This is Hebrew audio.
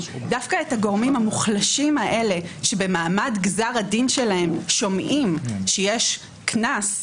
דווקא את הגורמים המוחלשים האלה שבמעמד גזר הדין שלהם שומעים שיש קנס,